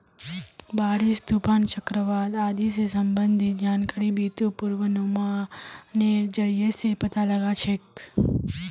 बारिश, तूफान, चक्रवात आदि स संबंधित जानकारिक बितु पूर्वानुमानेर जरिया स पता लगा छेक